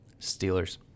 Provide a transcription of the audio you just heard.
Steelers